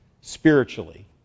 Spiritually